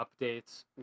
updates